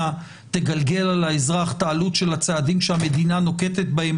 תגלגל על האזרח את העלות של הצעדים שהמדינה נוקטת בהם